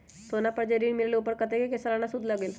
सोना पर जे ऋन मिलेलु ओपर कतेक के सालाना सुद लगेल?